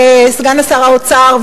סגן שר האוצר,